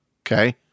Okay